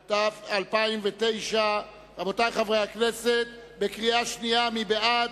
התשס”ט 2009. רבותי חברי הכנסת, מי בעד?